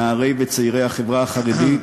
נערי וצעירי החברה החרדית,